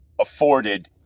afforded